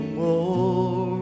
more